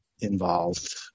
involved